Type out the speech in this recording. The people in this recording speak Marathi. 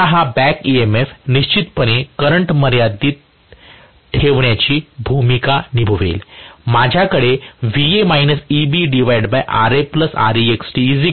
आता हा बॅक इएमएफ निश्चितपणे करंट मर्यादित ठेवण्याची भूमिका निभावेल